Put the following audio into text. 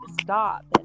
stop